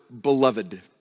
beloved